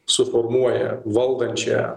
suformuoja valdančiąją